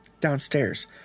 Downstairs